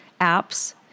apps